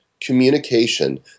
communication